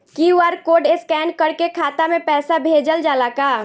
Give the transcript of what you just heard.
QR code scan करके खाता में पैसा भेजल जाला का?